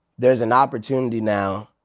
there's an opportunity now,